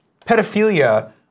Pedophilia